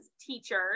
teachers